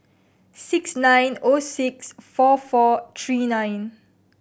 six nine O six four four three nine